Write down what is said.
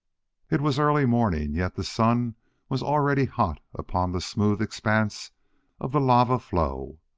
it was early morning, yet the sun was already hot upon the smooth expanse of the lava flow.